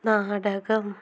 നാടകം